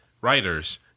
writers